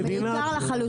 זה לא טיעון.